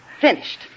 Finished